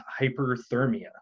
hyperthermia